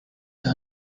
done